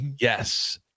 Yes